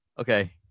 Okay